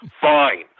Fine